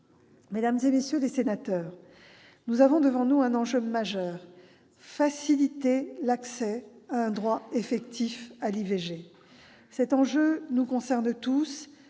Mesdames, messieurs les sénateurs, nous avons devant nous un enjeu majeur : faciliter l'accès à un droit effectif à l'IVG. Cet enjeu nous concerne tous